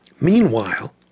Meanwhile